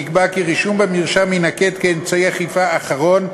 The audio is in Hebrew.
נקבע כי רישום במרשם יינקט כאמצעי אכיפה אחרון,